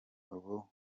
ubu